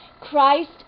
Christ